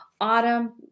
Autumn